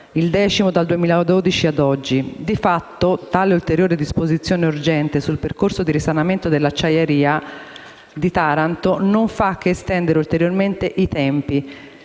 il decimo dal 2012 ad oggi. Di fatto, tale ulteriore "disposizione urgente" sul percorso di risanamento dell'acciaieria di Taranto non fa che estendere ulteriormente i tempi